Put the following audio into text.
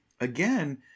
Again